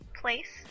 place